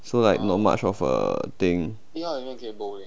so like not much of a thing